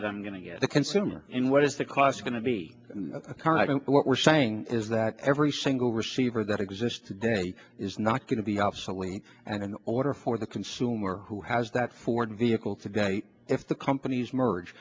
that i'm going to get the consumer in what is the class going to be what we're saying is that every single receiver that exist today is not going to be obsolete and in order for the consumer who has that ford vehicle today if the companies merge